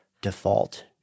default